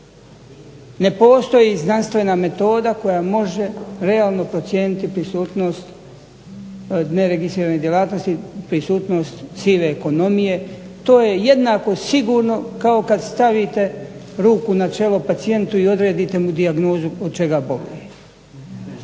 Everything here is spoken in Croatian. Ne postoji znanstvena metoda koja može realno procijeniti prisutnost neregistrirane djelatnosti, prisutnost sive ekonomije, to je jednako sigurno kao kad stavite ruku na čelo pacijentu, i odredite mu dijagnozu od čega boluje.